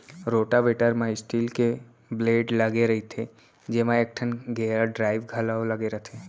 rotavator म steel के blade लगे रइथे जेमा एकठन गेयर ड्राइव घलौ लगे रथे